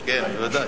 בוודאי.